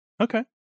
Okay